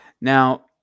Now